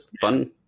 fun